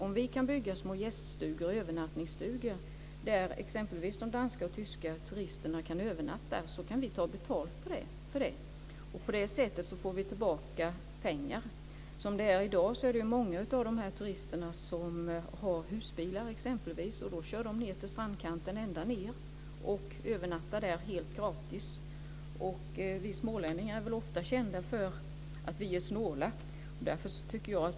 Om vi kan bygga små gäststugor, övernattningsstugor, där t.ex. de danska och tyska turisterna kan övernatta så kan vi ta betalt för det. På det sättet får vi tillbaka pengar. I dag har många av dessa turister husbilar som de kör ned ända till strandkanten och övernattar där helt gratis. Vi smålänningar är ju ganska kända för att vara snåla.